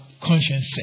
conscience